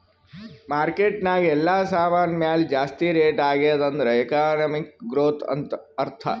market ನಾಗ್ ಎಲ್ಲಾ ಸಾಮಾನ್ ಮ್ಯಾಲ ಜಾಸ್ತಿ ರೇಟ್ ಆಗ್ಯಾದ್ ಅಂದುರ್ ಎಕನಾಮಿಕ್ ಗ್ರೋಥ್ ಅಂತ್ ಅರ್ಥಾ